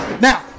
Now